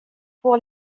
pour